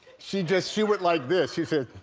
she just she went like this she said